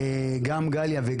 גם גליה.